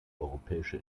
europäische